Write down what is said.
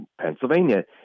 Pennsylvania